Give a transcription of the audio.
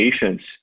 patients